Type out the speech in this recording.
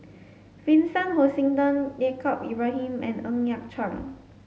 Vincent Hoisington Yaacob Ibrahim and Ng Yat Chuan